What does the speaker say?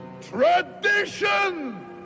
Tradition